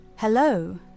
Hello